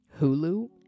Hulu